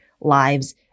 lives